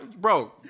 bro